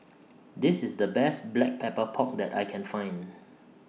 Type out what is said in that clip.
This IS The Best Black Pepper Pork that I Can Find